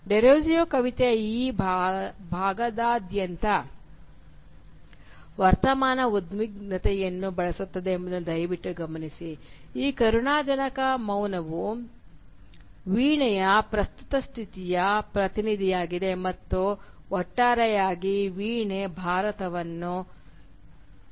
ಡೆರೋಜಿಯೊ ಕವಿತೆಯ ಈ ಭಾಗದಾದ್ಯಂತ ವರ್ತಮಾನದ ಉದ್ವಿಗ್ನತೆಯನ್ನು ಬಳಸುತ್ತದೆ ಎಂಬುದನ್ನು ದಯವಿಟ್ಟು ಗಮನಿಸಿ ಈ ಕರುಣಾಜನಕ ಮೌನವು ವೀಣೆಯ ಪ್ರಸ್ತುತ ಸ್ಥಿತಿಯ ಪ್ರತಿನಿಧಿಯಾಗಿದೆ ಮತ್ತು ಒಟ್ಟಾರೆಯಾಗಿ ವೀಣೆ ಭಾರತವನ್ನು ಪ್ರತಿನಿಧಿಸುತ್ತದೆ